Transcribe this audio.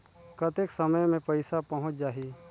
कतेक समय मे पइसा पहुंच जाही?